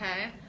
okay